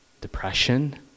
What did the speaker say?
depression